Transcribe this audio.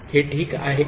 हे ठीक आहे का